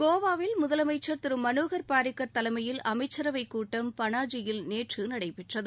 கோவாவில் முதலமைச்சர் திரு மனோகர் பாரிக்கர் தலைமையில் அமைச்சரவை கூட்டம் பனாஜியில் நேற்று நடைபெற்றது